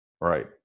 Right